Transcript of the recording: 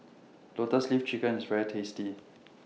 Lotus Leaf Chicken IS very tasty